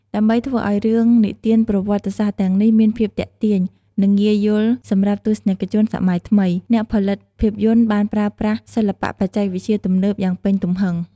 ដើម្បីធ្វើឲ្យរឿងនិទានប្រវត្តិសាស្ត្រទាំងនេះមានភាពទាក់ទាញ និងងាយយល់សម្រាប់ទស្សនិកជនសម័យថ្មី អ្នកផលិតភាពយន្តបានប្រើប្រាស់សិល្បៈបច្ចេកវិទ្យាទំនើបយ៉ាងពេញទំហឹង។